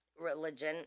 religion